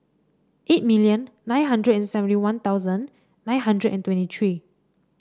eight million nine hundred and seventy One Thousand nine hundred and twenty three